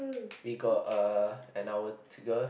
we got uh an hour to go